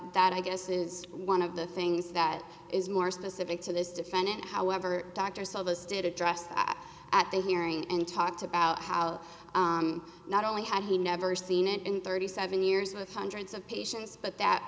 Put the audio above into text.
that i guess is one of the things that is more specific to this defendant however doctor's office did address that at the hearing and talked about how not only had he never seen it in thirty seven years with hundreds of patients but that